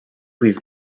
with